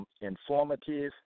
informative